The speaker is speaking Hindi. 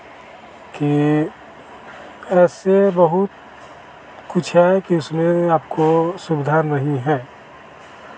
कि ऐसे बहुत कुछ है कि उसमें आपको सुविधा नहीं है